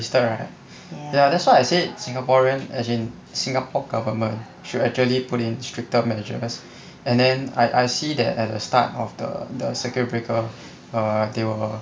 wasted right ya that's why I said singaporean as in singapore government should actually put in stricter measures and then I I see that at the start of the the circuit breaker err they were